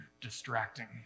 distracting